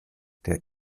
der